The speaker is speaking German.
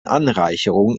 anreicherung